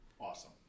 awesome